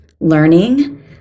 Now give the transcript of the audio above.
learning